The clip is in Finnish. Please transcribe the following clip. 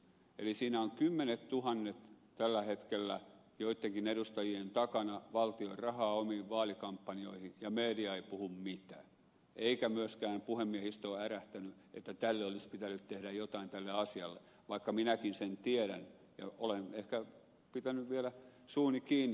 eli siinä on kymmenettuhannet tällä hetkellä joittenkin edustajien takana valtion rahaa omiin vaalikampanjoihin ja media ei puhu mitään eikä myöskään puhemiehistö ole ärähtänyt että olisi pitänyt tehdä jotain tälle asialle vaikka minäkin sen tiedän ja olen ehkä pitänyt vielä suuni kiinni